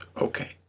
Okay